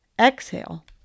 Exhale